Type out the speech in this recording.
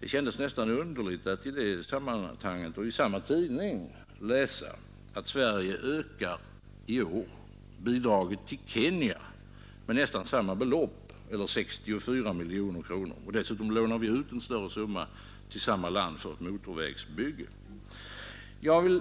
Det kändes nästan underligt att i samma tidning sedan läsa, att Sverige i år ökar bidraget till Kenya till nästan samma belopp eller 64 miljoner kronor, och att vi dessutom lånar ut en större summa till samma land för ett motorvägsbygge. Jag